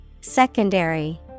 secondary